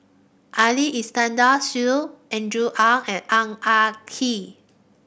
Ali Iskandar Shah Andrew Ang and Ang Ah Tee